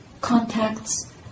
contacts